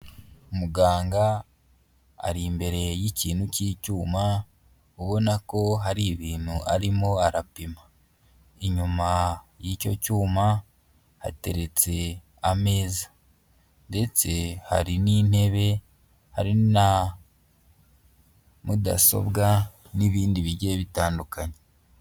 Muganga ari imbere y'ikintu cy'icyuma ubona ko hari ibintu arimo arapima. Inyuma y'icyo cyuma hateretse ameza ndetse hari n'intebe, hari na mudasobwa n'ibindi bigiye bitandukanye.